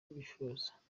bifuza